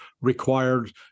required